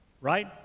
Right